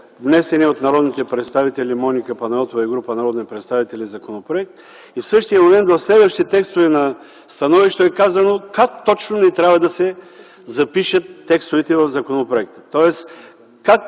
внесения от Моника Панайотова и група народни представители законопроект и в същия момент в следващите текстове на становището е казано как точно не трябва да се запишат текстовете в законопроекта, тоест как